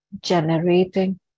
generating